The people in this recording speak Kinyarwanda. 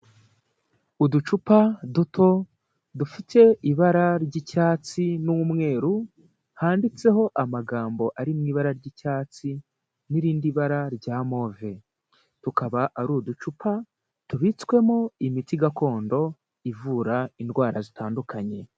Uducupa duto dufite ibara ry'icyatsi n'umweru, handitseho amagambo ari mu ibara ry'icyatsi n'irindi bara rya move, tukaba ari uducupa tubitswemo imitsi gakondo ivura indwara zitandukanye.